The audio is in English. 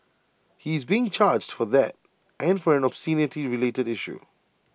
he is being charged for that and for an obscenity related issue